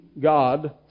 God